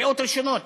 קריאות ראשונות.